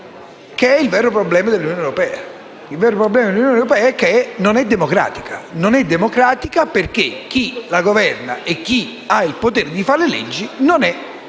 che è il vero problema dell'Unione europea. Il vero problema dell'Unione europea è che non è democratica, perché chi la governa e chi ha il potere di fare le leggi non è eletto,